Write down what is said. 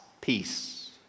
peace